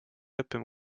õppima